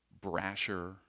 brasher